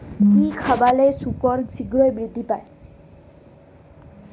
কি খাবালে শুকর শিঘ্রই বৃদ্ধি পায়?